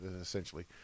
essentially